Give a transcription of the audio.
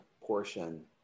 portion